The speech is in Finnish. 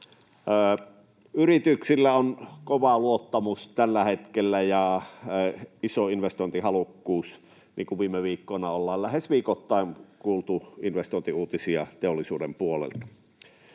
hetkellä kova luottamus ja iso investointihalukkuus, niin kuin viime viikkoina ollaan lähes viikoittain kuultu investointiuutisia teollisuuden puolelta.